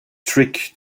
trick